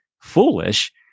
foolish